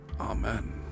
Amen